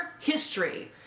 history